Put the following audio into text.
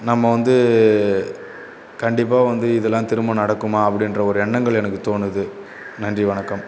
நம்ம வந்து கண்டிப்பாக வந்து இதலாம் திரும்ப நடக்குமா அப்படின்ற ஒரு எண்ணங்கள் எனக்கு தோணுது நன்றி வணக்கம்